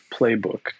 playbook